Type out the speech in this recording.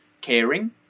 caring